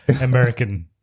American